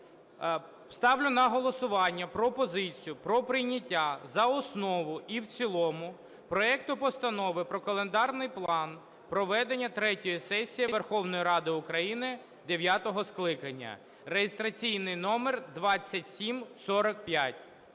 ставлю на голосування пропозицію про прийняття за основу і в цілому проекту Постанови про календарний план проведення третьої сесії Верховної Ради України дев'ятого скликання (реєстраційний номер 2745).